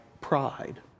pride